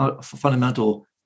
fundamental